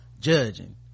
judging